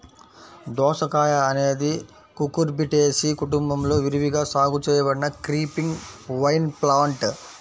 దోసకాయఅనేది కుకుర్బిటేసి కుటుంబంలో విరివిగా సాగు చేయబడిన క్రీపింగ్ వైన్ప్లాంట్